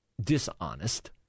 dishonest